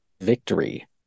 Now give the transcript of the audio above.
victory